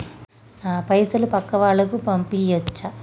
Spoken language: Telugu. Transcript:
నా పైసలు పక్కా వాళ్ళకు పంపియాచ్చా?